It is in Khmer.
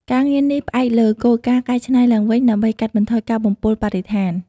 ការងារនេះផ្អែកលើគោលការណ៍ "កែច្នៃឡើងវិញ" ដើម្បីកាត់បន្ថយការបំពុលបរិស្ថាន។